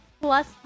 plus